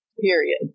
period